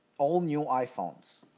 all new iphones.